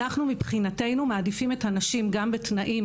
מבחינתנו אנחנו מעדיפים את הנשים גם בתנאים